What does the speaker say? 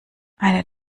eine